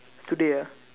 today ah